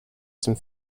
some